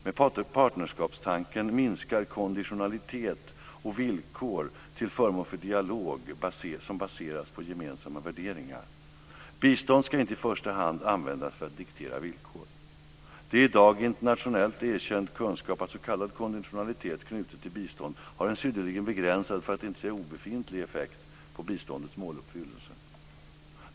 Med partnerskapstanken minskar konditionalitet och villkor till förmån för dialog som baseras på gemensamma värderingar. Bistånd ska inte i första hand användas för att diktera villkor. Det är i dag internationellt erkänd kunskap att s.k. konditionalitet knutet till bistånd har en synnerligen begränsad, för att inte säga obefintlig, effekt på biståndets måluppfyllelse.